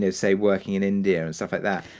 and say, working in india and stuff like that,